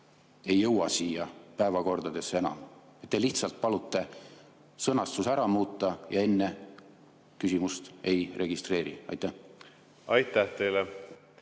ei jõuaks siia päevakordadesse enam? Te lihtsalt palute sõnastuse ära muuta ja enne küsimust ei registreeri. Aitäh, härra